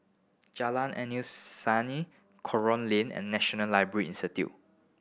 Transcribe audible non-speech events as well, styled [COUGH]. Jalan [UNINTELLIGIBLE] Senin Kerong Lane and National Library Institute